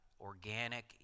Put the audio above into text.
organic